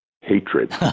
hatred